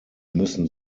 müssen